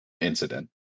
incident